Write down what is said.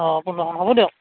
অঁ পোন্ধৰশমান হ'ব দিয়ক